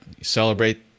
celebrate